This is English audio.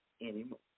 anymore